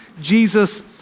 Jesus